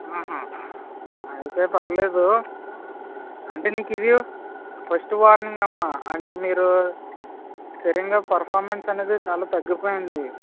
ఆహా అయితే పర్లేదు అంటే నీకు ఇది ఫస్ట్ వార్నింగ్ అమ్మా అంటే మీరూ సడన్గా పర్ఫామెన్స్ అనేది చాలా తగ్గిపోయింది